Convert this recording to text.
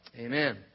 Amen